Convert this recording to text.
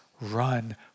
run